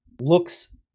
looks